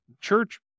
church